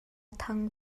thang